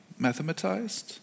mathematized